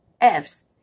F's